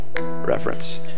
reference